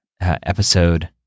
Episode